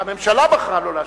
הממשלה בחרה לא להשיב.